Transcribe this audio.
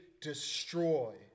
destroy